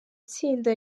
tsinda